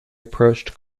approached